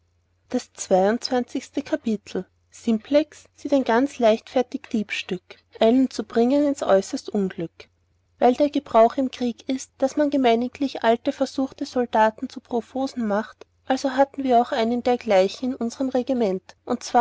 das zweiundzwanzigste kapitel simplex sieht ein ganz leichtfertig diebsstück einen zu bringen ins äußerst unglück weil der gebrauch im krieg ist daß man gemeiniglich alte versuchte soldaten zu profosen machet also hatten wir auch einen dergleichen bei unserm regiment